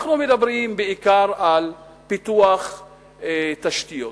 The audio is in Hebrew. אנחנו מדברים בעיקר על פיתוח תשתיות.